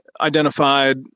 identified